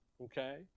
Okay